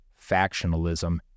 factionalism